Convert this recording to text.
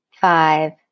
five